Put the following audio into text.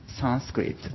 Sanskrit